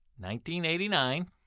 1989